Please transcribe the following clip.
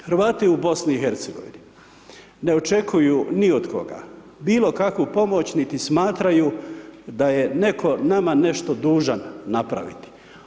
Hrvati u BiH-u ne očekuju ni od koga bilokakvu pomoć niti smatraju da je netko nama nešto dužan napraviti.